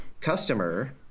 customer